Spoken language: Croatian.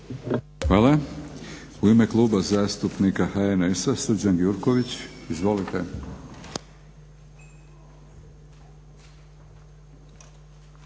Hvala. U ime Kluba zastupnika HNS-a Srđan Gjurković. Izvolite.